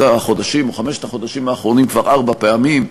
או חמשת החודשים האחרונים כבר ארבע פעמים.